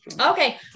okay